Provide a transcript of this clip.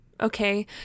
okay